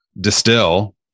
distill